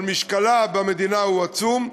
אבל משקלה במדינה הוא עצום,